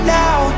now